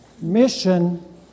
mission